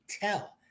tell